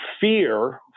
fear